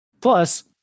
Plus